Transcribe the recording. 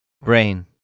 Brain